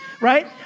right